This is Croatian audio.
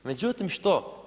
Međutim što?